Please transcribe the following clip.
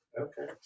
okay